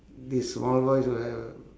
this small boy should have a